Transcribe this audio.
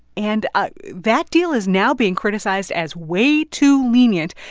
and ah that deal is now being criticized as way too lenient.